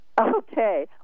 Okay